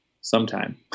sometime